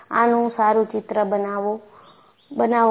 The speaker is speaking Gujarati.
આનું સારું ચિત્ર બનાવો છો